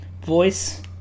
voice